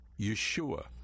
Yeshua